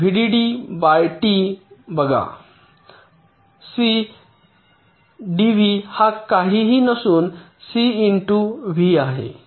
VDD by T बघा C DV हा काहीही नसून सी इंटू व्ही आहे